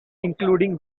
including